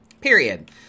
Period